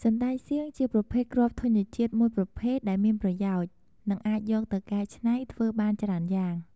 សណ្ដែកសៀង ជាប្រភេទគ្រាប់ធញ្ញជាតិមួយប្រភេទដែលមានប្រយោជន៍ និងអាចយកទៅកែច្នៃធ្វើបានច្រើនយ៉ាង។